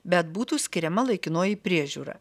bet būtų skiriama laikinoji priežiūra